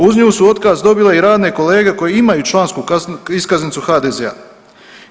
Uz nju su otkaz dobile i radne kolege koje imaju člansku iskaznicu HDZ-a.